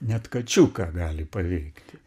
net kačiuką gali paveikti